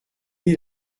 est